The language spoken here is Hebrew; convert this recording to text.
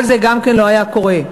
כל זה לא היה קורה.